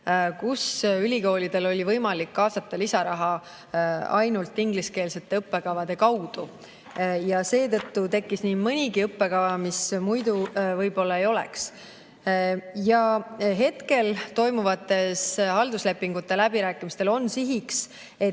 kus ülikoolidel oli võimalik kaasata lisaraha ainult ingliskeelsete õppekavade kaudu, ja seetõttu tekkis nii mõnigi õppekava, mis muidu võib-olla ei oleks tekkinud. Hetkel toimuvatel halduslepingute läbirääkimistel on sihiks,